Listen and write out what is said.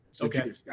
Okay